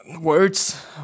words